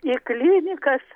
į klinikas